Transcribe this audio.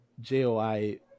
JOI